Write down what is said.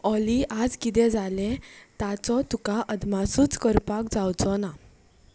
ऑली आज कितें जालें ताजो तुका अदमासुच करपाक जावचोना